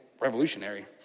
revolutionary